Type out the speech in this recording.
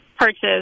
purchase